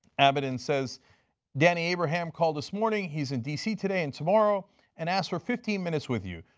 abbott and says danny abraham called this morning. he is in dc today and tomorrow and asked for fifteen minutes with you.